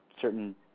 certain